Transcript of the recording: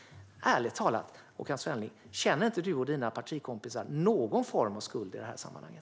Ärligt talat, Håkan Svenneling! Känner inte du och dina partikompisar någon form av skuld i det här sammanhanget?